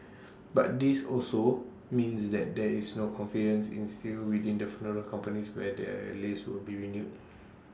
but this also means that there is no confidence instilled within the funeral companies whether their lease will be renewed